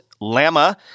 Lama